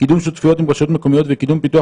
קידום שותפויות עם רשויות מקומיות וקידום פיתוח